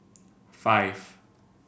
five